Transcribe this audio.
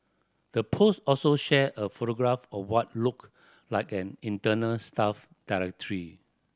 the post also shared a photograph of what looked like an internal staff directory